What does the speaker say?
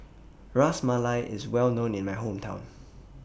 Ras Malai IS Well known in My Hometown